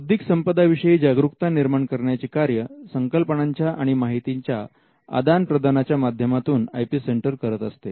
बौद्धिक संपदा विषयी जागरुकता निर्माण करण्याचे कार्य संकल्पनांच्या आणि माहितीच्या आदान प्रदानाच्या माध्यमातून आय पी सेंटर करीत असते